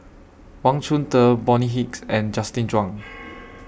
Wang Chunde Bonny Hicks and Justin Zhuang